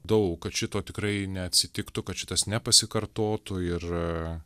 daug kad šito tikrai neatsitiktų kad šitas nepasikartotų ir